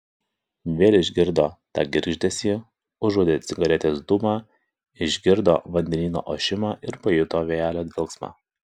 vėl išgirdo tą girgždesį užuodė cigaretės dūmą išgirdo vandenyno ošimą ir pajuto vėjelio dvelksmą